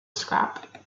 scrap